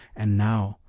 and now,